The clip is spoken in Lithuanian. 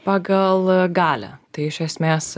pagal galią tai iš esmės